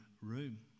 room